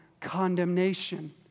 condemnation